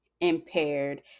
impaired